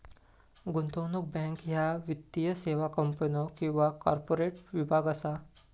गुंतवणूक बँक ह्या वित्तीय सेवा कंपन्यो किंवा कॉर्पोरेट विभाग असा